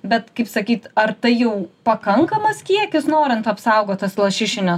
bet kaip sakyt ar tai jau pakankamas kiekis norint apsaugot tas lašišines